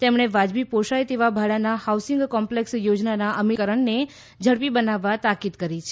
તેમણે વાજબી પોષાય તેવા ભાડાના હાઉસિંગ કોમ્પ્લેક્સ યોજનાના અમલીકરણને ઝડપી બનાવવા તાકીદ કરી છે